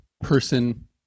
person